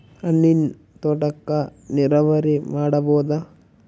ಹಣ್ಣಿನ್ ತೋಟಕ್ಕ ನೀರಾವರಿ ಮಾಡಬೋದ?